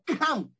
come